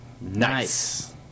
Nice